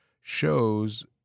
shows